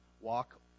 walk